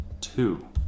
two